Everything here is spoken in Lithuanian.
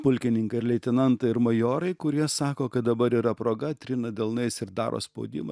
pulkininkai ir leitenantai ir majorai kurie sako kad dabar yra proga trina delnais ir daro spaudimą